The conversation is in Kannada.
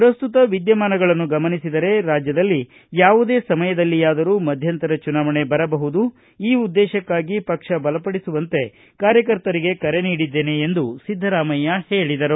ಪ್ರಸ್ತುತ ವಿದ್ಯಮಾನಗಳನ್ನು ಗಮನಸಿದರೆ ರಾಜ್ಯದಲ್ಲಿ ಯಾವುದೇ ಸಮಯದಲ್ಲಿಯಾದರೂ ಮಧ್ಯಂತರ ಚುನಾವಣೆಬರಬಹುದು ಈ ಉದ್ದೇಶಕ್ಕಾಗಿ ಪಕ್ಷ ಬಲಪಡಿಸುವಂತೆ ಕಾರ್ಯಕರ್ತರಿಗೆ ಕರೆ ನೀಡಿದ್ದೇನೆ ಎಂದು ಸಿದ್ದರಾಮಯ್ಯ ಹೇಳಿದರು